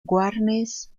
warnes